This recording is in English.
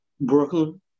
Brooklyn